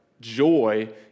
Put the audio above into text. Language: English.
joy